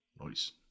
Nice